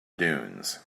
dunes